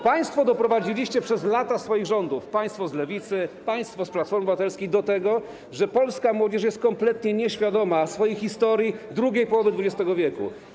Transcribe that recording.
Państwo doprowadziliście przez lata swoich rządów - państwo z Lewicy, państwo z Platformy Obywatelskiej - do tego, że polska młodzież jest kompletnie nieświadoma swojej historii drugiej połowy XX w.